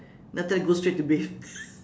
then after that go straight to bathe